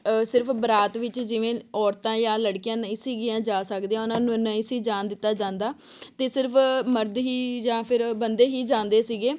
ਸਿਰਫ ਬਰਾਤ ਵਿੱਚ ਜਿਵੇਂ ਔਰਤਾਂ ਜਾਂ ਲੜਕੀਆਂ ਨਹੀਂ ਸੀਗੀਆਂ ਜਾ ਸਕਦੀਆਂ ਉਹਨਾਂ ਨੂੰ ਨਹੀਂ ਸੀ ਜਾਣ ਦਿੱਤਾ ਜਾਂਦਾ ਅਤੇ ਸਿਰਫ ਮਰਦ ਹੀ ਜਾਂ ਫਿਰ ਬੰਦੇ ਹੀ ਜਾਂਦੇ ਸੀਗੇ